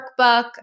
workbook